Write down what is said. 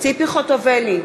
ציפי חוטובלי,